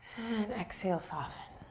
and exhale, soften.